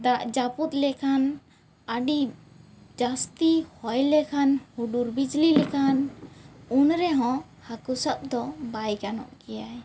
ᱫᱟᱜ ᱡᱟᱹᱯᱩᱫ ᱞᱮᱠᱷᱟᱱ ᱟᱹᱰᱤ ᱡᱟᱹᱥᱛᱤ ᱦᱚᱭ ᱞᱮᱠᱷᱟᱱ ᱦᱩᱰᱩᱨ ᱵᱤᱡᱽᱞᱤ ᱞᱮᱠᱷᱟᱱ ᱩᱱ ᱨᱮᱦᱚᱸ ᱦᱟᱹᱠᱩ ᱥᱟᱵ ᱫᱚ ᱵᱟᱭ ᱜᱟᱱᱚᱜ ᱜᱮᱭᱟᱭ